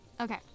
Okay